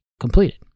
completed